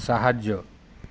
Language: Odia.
ସାହାଯ୍ୟ